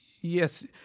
yes